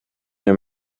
nie